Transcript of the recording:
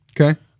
Okay